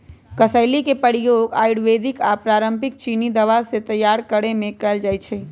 कसेली के प्रयोग आयुर्वेदिक आऽ पारंपरिक चीनी दवा के तइयार करेमे कएल जाइ छइ